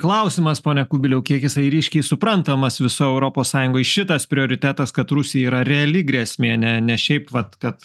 klausimas pone kubiliau kiek jisai ryškiai suprantamas visoj europos sąjungoj šitas prioritetas kad rusija yra reali grėsmė ne ne šiaip vat kad